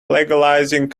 legalizing